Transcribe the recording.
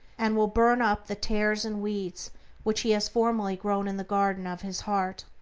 and will burn up the tares and weeds which he has formerly grown in the garden of his heart.